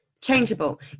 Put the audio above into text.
changeable